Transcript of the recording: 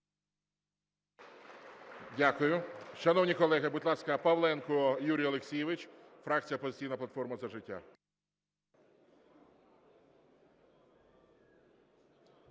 Дякую. Шановні колеги, будь ласка, Павленко Юрій Олексійович, фракція "Опозиційна платформа - За життя".